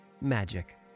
Magic